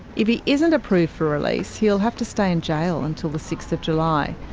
if he isn't approved for release he'll have to stay in jail until the sixth of july,